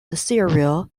serial